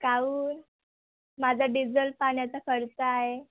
काहून माझा डिझेल पाण्याचा खर्च आहे